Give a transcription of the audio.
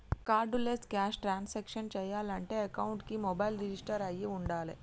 cardless cash transactions చెయ్యాలంటే అకౌంట్కి mobile register అయ్యి వుండాలే